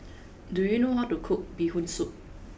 do you know how to cook Bee Hoon soup